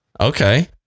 Okay